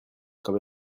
quand